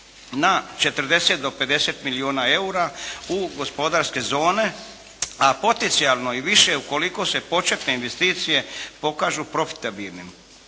na 40 do 50 milijuna eura u gospodarske zone, a potencijalno i više ukoliko se početne investicije pokažu profitabilnim.